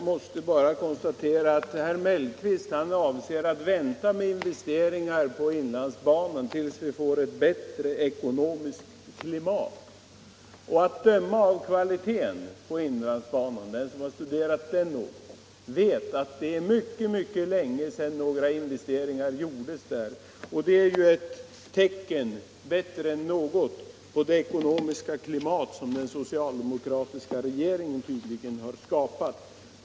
Herr talman! Herr Mellqvist anser att investeringar för inlandsbanan skall vänta tills vi får ett bättre ekonomiskt klimat. Den som något har studerat kvaliteten på inlandsbanan vet att det är mycket, mycket länge sedan några investeringar gjordes där. Det är ju ett betyg, sämre än något, på det ekonomiska klimat som den socialdemokratiska regeringen skapat.